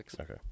Okay